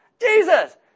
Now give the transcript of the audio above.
Jesus